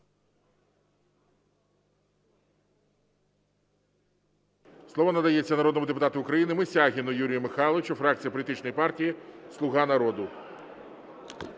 Слово надається народному депутату України Мисягіну Юрію Михайловичу, фракція політичної партії "Слуга народу".